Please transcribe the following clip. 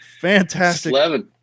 Fantastic